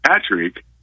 Patrick